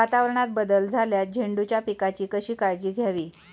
वातावरणात बदल झाल्यास झेंडूच्या पिकाची कशी काळजी घ्यावी?